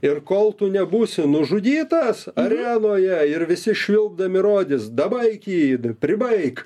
ir kol tu nebūsi nužudytas arenoje ir visi švilpdami rodys dabaik į pribaik